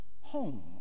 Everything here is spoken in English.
home